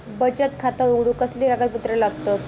बचत खाता उघडूक कसले कागदपत्र लागतत?